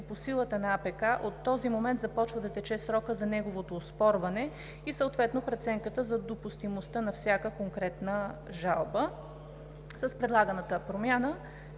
кодекс от този момент започва да тече срокът за неговото оспорване и съответно преценката за допустимостта на всяка конкретна жалба.